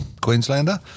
Queenslander